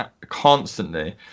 constantly